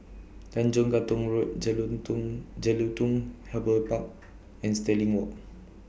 Tanjong Katong Road Jelutung Jelutung Harbour Park and Stirling Walk